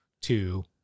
two